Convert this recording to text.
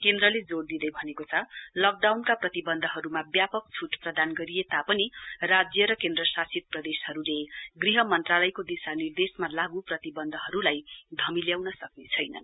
केन्द्रले जोड दिँदै भनेको छ लकडाउनका प्रतिवन्धहरूमा व्यापक छूट प्रदान गरिए तापनि राज्य र केन्द्र शासित प्रदेशहरूले गृह मन्त्रालयको दिशार्निर्देशमा लागू प्रतिवन्धहरूलाई धमिल्याउन सक्ने छैनन्